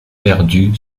perdu